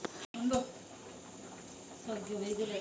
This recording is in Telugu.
పేడంతా గుంతల పోస్తే ఎరువౌతాది లేకుంటే గాలి కలుసితమైతాది